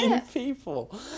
people